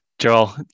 Joel